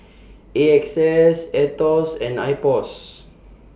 A X S Aetos and Ipos